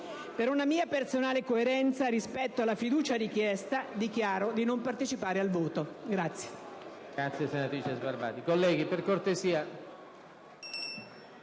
per una mia personale coerenza rispetto alla fiducia richiesta, dichiaro di non partecipare al voto.